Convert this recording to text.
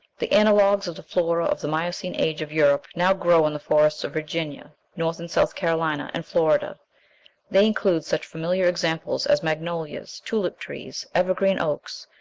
the analogues of the flora of the miocene age of europe now grow in the forests of virginia, north and south carolina, and florida they include such familiar examples as magnolias, tulip-trees, evergreen oaks,